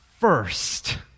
first